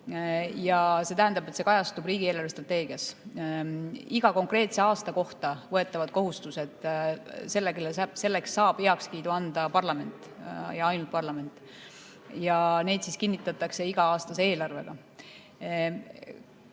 Ja see tähendab, et see kajastub riigi eelarvestrateegias. Iga konkreetse aasta kohta võetavatele kohustustele saab heakskiidu anda parlament, ja ainult parlament. Ja see kinnitatakse iga-aastase eelarvega.